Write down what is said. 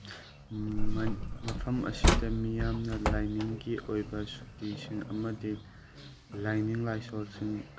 ꯃꯐꯝ ꯑꯁꯤꯗ ꯃꯤꯌꯥꯝꯅ ꯂꯥꯏꯅꯤꯡꯒꯤ ꯑꯣꯏꯕ ꯁꯨꯇꯤꯁꯤꯡ ꯑꯃꯗꯤ ꯂꯥꯏꯅꯤꯡ ꯂꯥꯏꯁꯣꯟꯁꯤꯡ